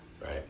right